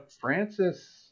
Francis